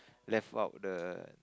left out the